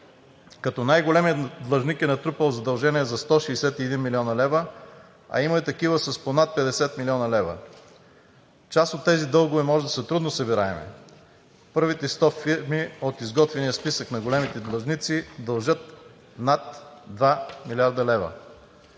като най-големият длъжник е натрупал задължения за 161 млн. лв., а има и такива с по над 50 млн. лв. Част от тези дългове може да са трудно събираеми – първите сто фирми от изготвения списък на големите длъжници дължат над 2 млрд. лв.